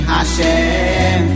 Hashem